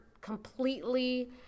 completely